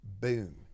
boom